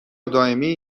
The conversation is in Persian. دائمی